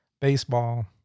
baseball